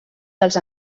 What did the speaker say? dels